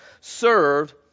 served